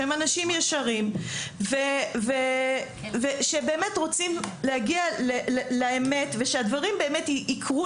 שהם אנשים ישרים ושבאמת רוצים להגיע לאמת ושהדברים באמת ייקרו